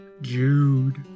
Jude